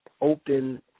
open